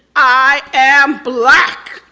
i am black.